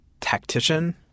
tactician